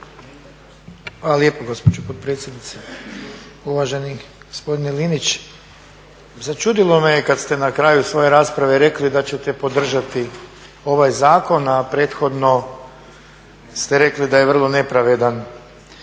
Hvala lijepo gospođo potpredsjednice. Uvaženi gospodine Linić, začudilo me kad ste na kraju svoje rasprave rekli da ćete podržati ovaj zakon, a prethodno ste rekli da je vrlo nepravedan.